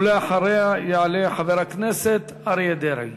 ואחריה יעלה חבר הכנסת אריה דרעי.